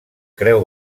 creu